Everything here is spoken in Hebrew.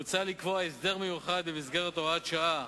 מוצע לקבוע הסדר מיוחד במסגרת הוראת שעה.